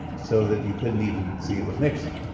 so that you couldn't even see it was nixon.